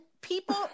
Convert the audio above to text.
people